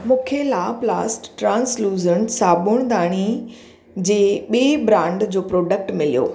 मूंखे लाप लास्ट ट्रान्स्लुज़न साबुणदानी जे ॿिए ब्रांड जो प्रोडक्ट मिलियो